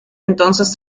entonces